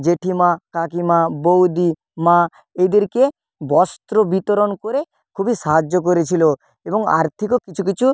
জেঠিমা কাকিমা বৌদি মা এদেরকে বস্ত্র বিতরণ করে খুবই সাহায্য করেছিলো এবং আর্থিকও কিছু কিছু